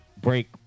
break